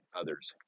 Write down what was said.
others